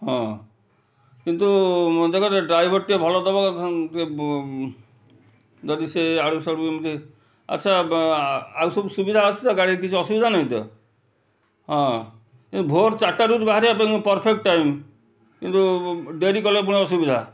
ହଁ କିନ୍ତୁ ଡ୍ରାଇଭର୍ଟିଏ ଭଲ ଦବ ଯଦି ସେ ୟାଡ଼ୁ ସିଆଡ଼ୁ ଏମିତି ଆଚ୍ଛା ଆଉ ସବୁ ସୁବିଧା ଅଛି ତ ଗାଡ଼ିରେ କିଛି ସୁବିଧା ନାହିଁ ତ ହଁ ଏ ଭୋର୍ ଚାରିଟାରୁ ବାହାରିବା ପାଇଁ ପରଫେକ୍ଟ ଟାଇମ୍ କିନ୍ତୁ ଡେରି କଲେ ଅସୁବିଧା